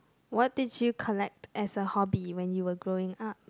what did you collect as a hobby when you were growing up